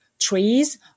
trees